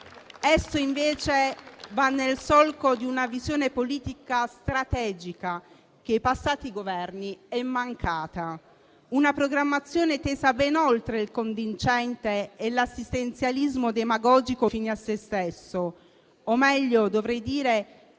Esso, invece, va nel solco di una visione politica strategica che ai passati Governi è mancata; una programmazione tesa ben oltre il contingente e l'assistenzialismo demagogico fine a se stesso o meglio - dovrei dire